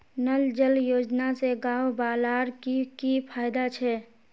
नल जल योजना से गाँव वालार की की फायदा छे?